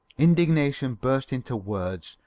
indignation burst into words,